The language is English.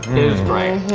is great.